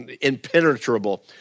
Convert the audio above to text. impenetrable